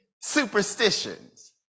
superstitions